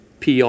PR